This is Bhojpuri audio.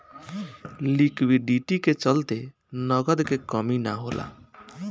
लिक्विडिटी के चलते नगद के कमी ना होला